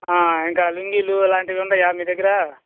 ఇంకా లుంగీలు అలాంటివి ఉన్నాయా మీ దగ్గర